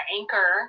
anchor